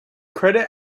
credit